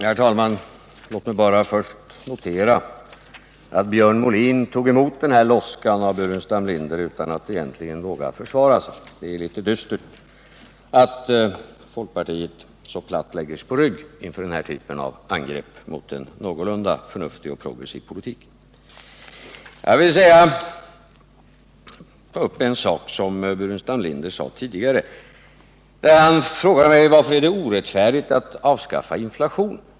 Herr talman! Låt mig först bara notera att Björn Molin tog emot loskan från Staffan Burenstam Linder utan att våga försvara sig. Det är dystert att folkpartiet lägger sig så platt på rygg inför den här typen av angrepp mot en någorlunda förnuftig och progressiv politik. Jag vill ta upp en sak som Staffan Burenstam Linder sade tidigare. Han frågade mig: Varför är det orättfärdigt att avskaffa inflationen?